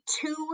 two